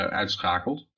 uitschakeld